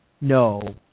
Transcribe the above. No